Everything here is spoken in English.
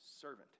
servant